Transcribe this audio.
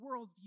worldview